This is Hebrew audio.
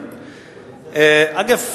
אגב,